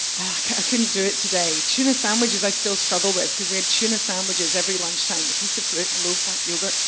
couldn't do it today. tuna sandwiches i still struggle with cause we had tuna sandwiches every lunchtime, a piece a fruit, a and low-fat yogurt,